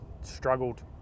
struggled